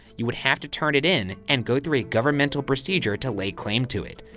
you would have to turn it in and go through a governmental procedure to lay claim to it.